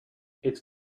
its